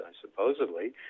supposedly